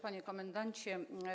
Panie Komendancie!